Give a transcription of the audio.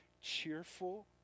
cheerful